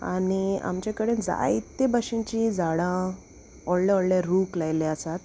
आनी आमचे कडेन जायते भाशेंचीं झाडां व्हडले व्हडले रूख लायल्ले आसात